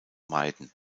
meiden